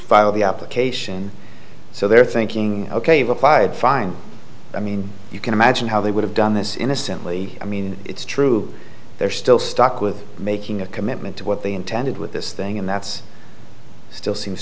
file the application so they're thinking ok replied fine i mean you can imagine how they would have done this innocently i mean it's true they're still stuck with making a commitment to what they intended with this thing and that's still seems